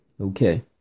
okay